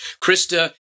Krista